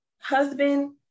husband